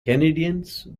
canadians